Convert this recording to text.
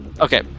Okay